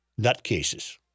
nutcases